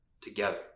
together